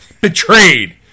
Betrayed